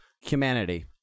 humanity